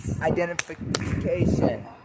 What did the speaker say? identification